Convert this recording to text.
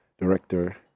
director